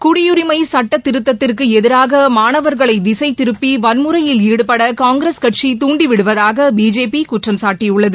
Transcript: குடியுரிமை சட்டத் திருத்தத்திற்கு எதிராக மாணவர்களை திசைதிருப்பி வன்முறையில் ஈடுபட காங்கிரஸ் கட்சி தூண்டிவிடுவதாக பிஜேபி குற்றம் சாட்டியுள்ளது